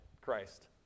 Christ